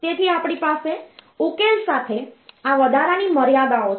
તેથી આપણી પાસે ઉકેલ સાથે આ વધારાની મર્યાદાઓ છે